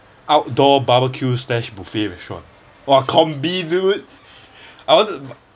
outdoor barbecue slash buffet restaurant !wah! combi dude I want to